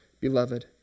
beloved